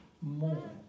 more